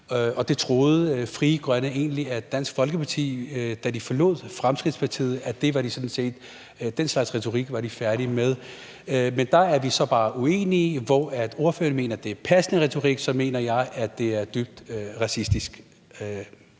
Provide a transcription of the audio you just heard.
og det troede Frie Grønne egentlig at Dansk Folkeparti sådan set var færdig med, da de forlod Fremskridtspartiet. Men der er vi så bare uenige: Hvor ordføreren mener, at det er en passende retorik, mener jeg, at det er dybt racistisk